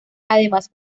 además